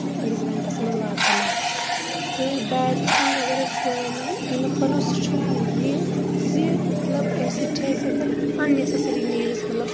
سہُ چھُ أڈِس گنٛٹس منٛز واتان اَسہِ تہٕ بیڈ تھنٛگ اَگر أسۍ اَمیُک وَنو سُہ چھُ یہِ زِ مطلب اَمہِ سۭتۍ چھِ أسۍ ہیکان ان نیسسری نیٖڈس مطلب